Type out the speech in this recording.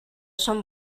són